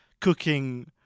cooking